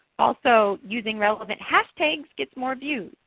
also using relative hashtags gets more views,